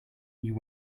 you